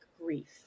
grief